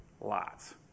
lots